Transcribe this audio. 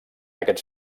aquests